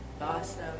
Awesome